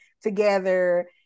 together